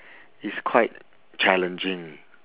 it's quite challenging